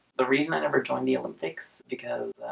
the reason i never joined the olympics because